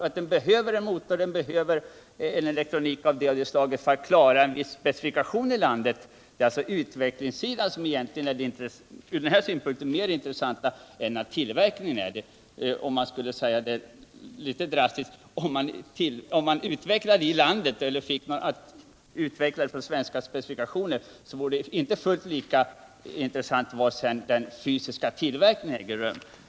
Utvecklingssidan är alltså från denna synpunkt mer intressant än tillverkningen. Litet drastiskt kan det uttryckas så att om det sker ett utvecklingsarbete efter de krav som den svenska specifikationen ställer, är det sedan inte lika intressant var själva tillverkningen äger rum.